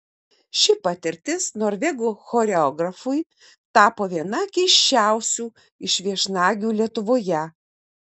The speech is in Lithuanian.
ši patirtis norvegų choreografui tapo viena keisčiausių iš viešnagių lietuvoje